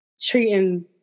treating